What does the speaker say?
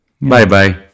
Bye-bye